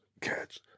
cats